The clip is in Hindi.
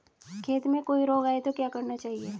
खेत में कोई रोग आये तो क्या करना चाहिए?